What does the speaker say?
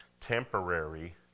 temporary